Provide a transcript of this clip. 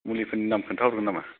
मुलिफोरनि नाम खोन्था हरगोन नामा